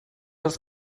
els